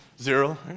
Zero